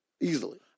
Easily